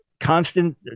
constant